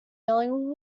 yelling